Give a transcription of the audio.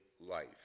life